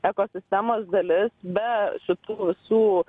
ekosistemos dalis be šitų visų